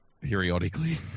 Periodically